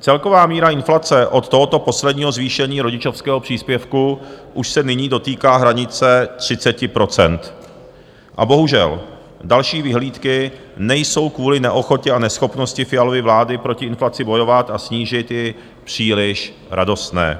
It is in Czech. Celková míra inflace od tohoto posledního zvýšení rodičovského příspěvku už se nyní dotýká hranice 30 %, a bohužel, další vyhlídky nejsou kvůli neochotě a neschopnosti Fialovy vlády proti inflaci bojovat a snížit ji příliš radostné.